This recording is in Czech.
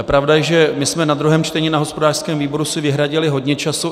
Pravda je, že my jsme si na druhém čtení na hospodářském výboru vyhradili hodně času.